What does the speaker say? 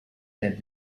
that